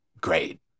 great